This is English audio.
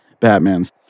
Batmans